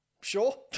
Sure